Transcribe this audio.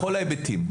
בכל ההיבטים,